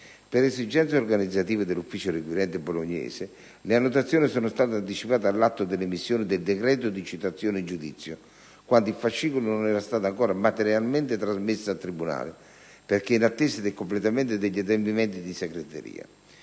per esigenze organizzative dell'ufficio requirente bolognese, le annotazioni sono state anticipate all'atto dell'emissione del decreto di citazione in giudizio, quando il fascicolo non era stato ancora materialmente trasmesso al tribunale, perché in attesa del completamento degli adempimenti di segreteria.